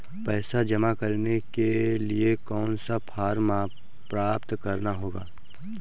पैसा जमा करने के लिए कौन सा फॉर्म प्राप्त करना होगा?